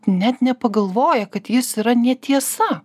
net nepagalvoja kad jis yra netiesa